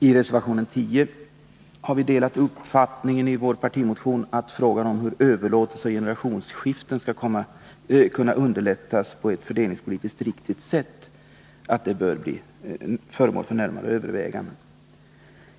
I reservationen 10 har vi redovisat uppfattningen i vår partimotion, att frågan om hur överlåtelser vid generationsskiften skall kunna underlättas på ett fördelningspolitiskt riktigt sätt bör bli föremål för närmare överväganden.